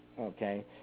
okay